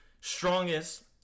strongest